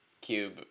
cube